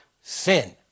sin